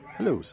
Hello